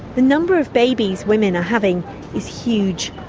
the number of babies women are having is huge.